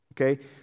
Okay